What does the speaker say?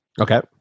Okay